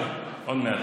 טוב, עוד מעט.